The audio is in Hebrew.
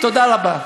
תודה רבה.